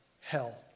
hell